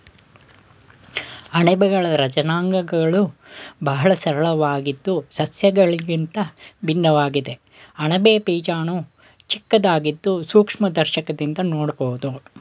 ಅಣಬೆಗಳ ರಚನಾಂಗಗಳು ಬಹಳ ಸರಳವಾಗಿದ್ದು ಸಸ್ಯಗಳಿಗಿಂತ ಭಿನ್ನವಾಗಿದೆ ಅಣಬೆ ಬೀಜಾಣು ಚಿಕ್ಕದಾಗಿದ್ದು ಸೂಕ್ಷ್ಮದರ್ಶಕದಿಂದ ನೋಡ್ಬೋದು